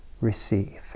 Receive